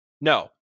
No